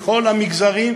בכל המגזרים,